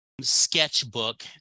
sketchbook